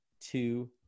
two